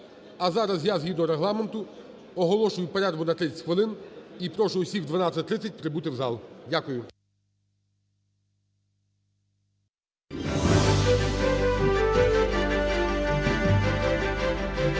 А зараз я згідно Регламенту оголошую перерву на 30 хвилин, і прошу усіх о 12:30 прибути в зал. Дякую.